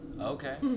okay